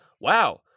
wow